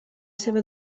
seva